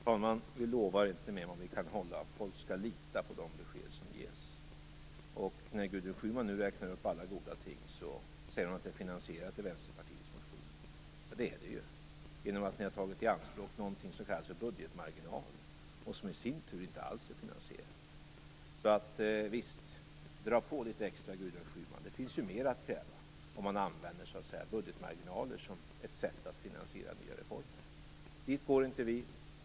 Fru talman! Vi lovar inte mer än vad vi kan hålla. Folk skall kunna lita på de besked som ges. När Gudrun Schyman nu räknar upp alla goda ting säger hon att de är finansierade i Vänsterpartiets motioner. Det är det ju genom att ni har tagit i anspråk någonting som kallas för budgetmarginal, och som i sin tur inte alls är finansierat. Visst kan Gudrun Schyman dra på litet extra. Det finns mer att kräva om man använder sig av budgetmarginaler som ett sätt att finansiera nya reformer. Det gör inte vi.